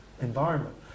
environment